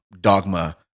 dogma